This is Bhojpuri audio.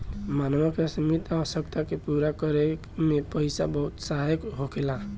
मानव के असीमित आवश्यकता के पूरा करे में पईसा बहुत सहायक होखेला